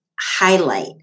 highlight